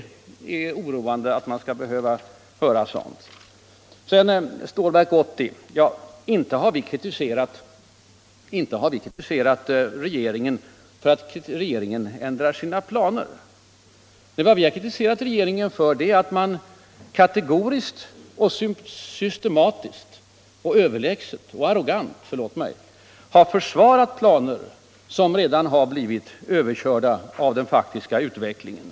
När det gäller Stålverk 80 har vi inte kritiserat regeringen för att den ändrar sina planer. Vad vi kritiserat regeringen för är att den kategoriskt, systematiskt, överlägset och arrogant — förlåt mig — har försvarat planer som redan har blivit överkörda av den faktiska utvecklingen.